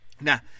now